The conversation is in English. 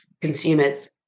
consumers